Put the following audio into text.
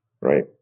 right